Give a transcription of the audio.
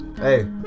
Hey